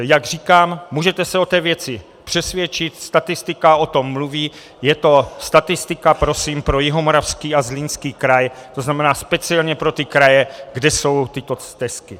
Jak říkám, můžete se o té věci přesvědčit, statistika o tom mluví, je to statistika prosím pro Jihomoravský a Zlínský kraj, to znamená speciálně pro ty kraje, kde jsou tyto stezky.